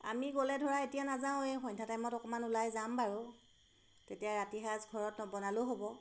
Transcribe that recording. আমি গ'লে ধৰা এতিয়া নাযাওঁ এই সন্ধ্যা টাইমত অকণমান ওলাই যাম বাৰু তেতিয়া ৰাতিৰ সাঁজ ঘৰত নবনালেও হ'ব